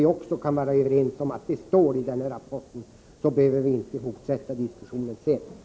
Vi kan kanske vara överens därom, så att vi inte behöver fortsätta diskussionen längre.